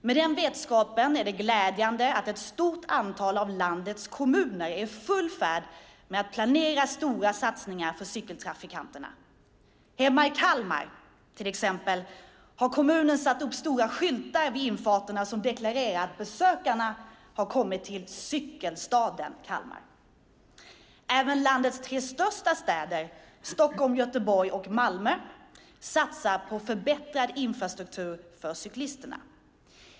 Med den vetskapen är det glädjande att ett stort antal av landets kommuner är i full färd med att planera stora satsningar för cykeltrafikanterna. Hemma i Kalmar till exempel har kommunen vid infarterna satt upp stora skyltar som deklarerar att besökarna har kommit till cykelstaden Kalmar. Även landets tre största städer - Stockholm, Göteborg och Malmö - satsar på förbättrad infrastruktur för cyklisterna.